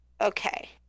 Okay